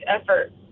effort